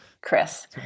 Chris